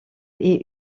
est